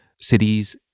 cities